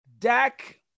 Dak